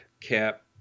cap